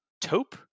taupe